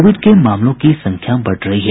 Covid के मामलों की संख्या बढ़ रही है